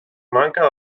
manca